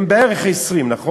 הם בערך 20, נכון?